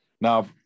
now